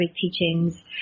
teachings